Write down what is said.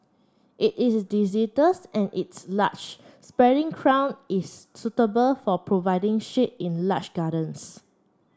it is and its large spreading crown is suitable for providing shade in large gardens